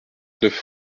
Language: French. neuf